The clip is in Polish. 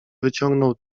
wyciągnął